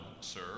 sir